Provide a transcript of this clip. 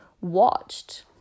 watched